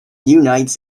unites